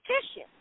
petition